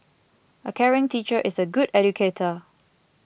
a caring teacher is a good educator